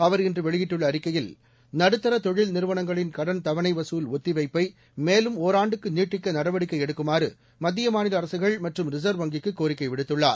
அவர் இன்று வெளியிட்டுள்ள அறிக்கையில் நடுத்தர தொழில் நிறுவனங்களின் கடன் தவணை வசூல் ஒத்திவைப்பை மேலும் ஒராண்டுக்கு நீட்டிக்க நடவடிக்கை எடுக்குமாறு மத்திய மாநில அரசுகள் மற்றும் ரிசர்வ் வங்கிக்கு கோரிக்கை விடுத்துள்ளார்